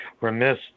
remiss